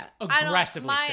aggressively